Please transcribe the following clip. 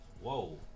Whoa